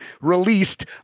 released